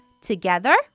Together